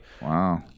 wow